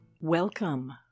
Welcome